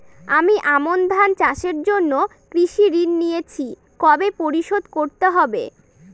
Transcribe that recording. আমি আমন ধান চাষের জন্য কৃষি ঋণ নিয়েছি কবে পরিশোধ করতে হবে?